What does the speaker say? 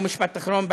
ומשפט אחרון,